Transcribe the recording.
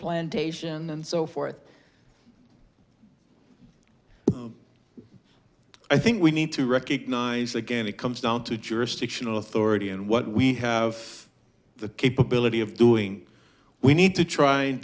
plantation and so forth i think we need to recognize again it comes down to jurisdictional authority and what we have the capability of doing we need to try and